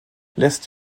lässt